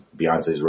Beyonce's